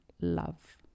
love